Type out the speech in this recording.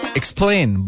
explain